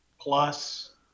plus